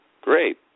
great